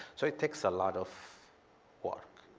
so it takes a lot of work.